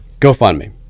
GoFundMe